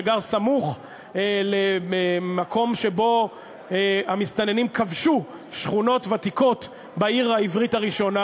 שגר סמוך למקום שבו המסתננים כבשו שכונות ותיקות בעיר העברית הראשונה,